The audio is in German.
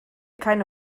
keine